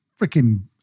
freaking